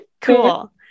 Cool